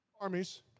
Armies